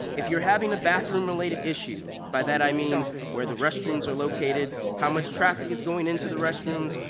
if you're having a bathroom related issue, by that i mean where the restrooms are located, how much traffic is going into the restrooms,